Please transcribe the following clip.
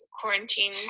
quarantine